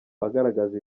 agaragaza